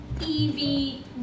evie